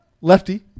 lefty